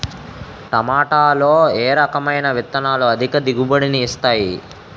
టమాటాలో ఏ రకమైన విత్తనాలు అధిక దిగుబడిని ఇస్తాయి